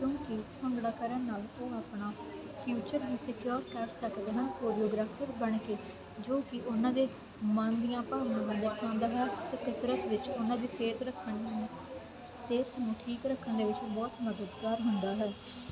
ਕਿਉਂਕਿ ਭੰਗੜਾ ਕਰਨ ਨਾਲ ਉਹ ਆਪਣਾ ਫਿਊਚਰ ਵੀ ਸਕਿਓਰ ਕਰ ਸਕਦੇ ਹਨ ਕੋਰੀਓਗਰਾਫਰ ਬਣ ਕੇ ਜੋ ਕਿ ਉਹਨਾਂ ਦੇ ਮਨ ਦੀਆਂ ਭਾਵਨਾਵਾਂ ਦਰਸਾਉਂਦਾ ਹੈ ਅਤੇ ਕਸਰਤ ਵਿੱਚ ਉਹਨਾਂ ਦੀ ਸਿਹਤ ਰੱਖਣ ਸਿਹਤ ਨੂੰ ਠੀਕ ਰੱਖਣ ਦੇ ਵਿੱਚ ਬਹੁਤ ਮਦਦਗਾਰ ਹੁੰਦਾ ਹੈ